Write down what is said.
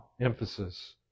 emphasis